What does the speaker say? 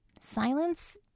Silence